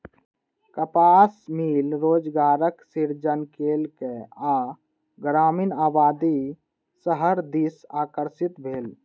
कपास मिल रोजगारक सृजन केलक आ ग्रामीण आबादी शहर दिस आकर्षित भेल